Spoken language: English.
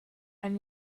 and